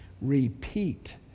Repeat